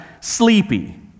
sleepy